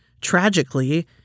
tragically